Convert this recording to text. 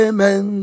Amen